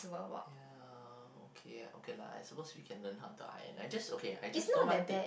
ya okay okay lah I suppose we can learn how to iron I just okay I just don't want it